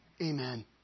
Amen